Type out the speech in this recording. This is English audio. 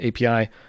API